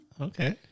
Okay